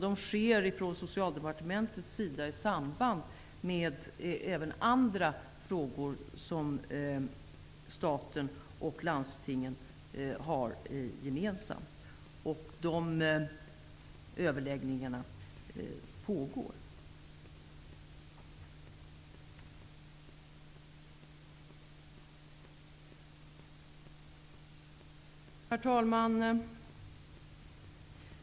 De sker från Socialdepartementets sida i samband med andra frågor som staten och landstingen har gemensamt. De överläggningarna pågår. Herr talman!